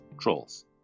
trolls